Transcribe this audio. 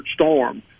Storm